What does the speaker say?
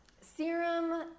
serum